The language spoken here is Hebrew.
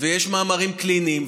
יש מאמרים קליניים.